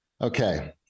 Okay